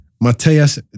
Mateus